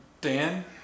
Dan